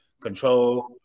control